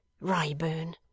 Rayburn